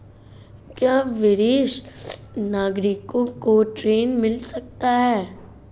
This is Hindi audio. क्या वरिष्ठ नागरिकों को ऋण मिल सकता है?